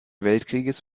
weltkrieges